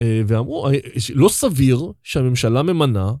ואמרו, לא סביר שהממשלה ממנה.